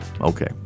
Okay